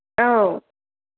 औ